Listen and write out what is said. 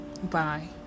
Bye